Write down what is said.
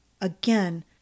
Again